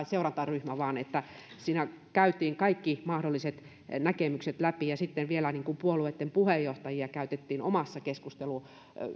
seurantaryhmä vaan siinä käytiin kaikki mahdolliset näkemykset läpi ja sitten vielä puolueitten puheenjohtajia käytettiin omassa